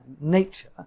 nature